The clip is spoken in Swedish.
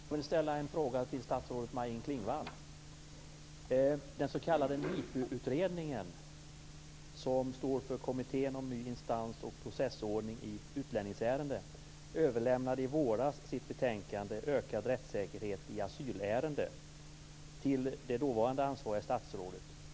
Fru talman! Jag vill ställa en fråga till statsrådet Maj-Inger Klingvall. Den s.k. NIPU-utredningen, som står för Kommittén om ny instans och processordning i utlänningsärenden, överlämnade i våras sitt betänkande Ökad rättssäkerhet i asylärenden till det dåvarande ansvariga statsrådet.